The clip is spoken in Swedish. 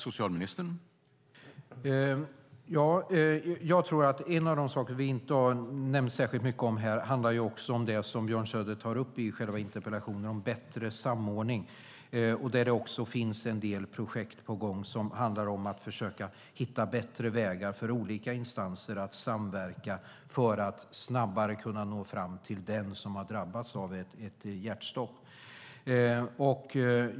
Herr talman! En av de saker vi inte har nämnt särskilt mycket är det som Björn Söder tar upp i interpellationen om bättre samordning, där det också finns en del projekt på gång som handlar om att försöka hitta bättre vägar för olika instanser att samverka för att snabbare kunna nå fram till den som har drabbats av ett hjärtstopp.